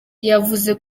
yavuze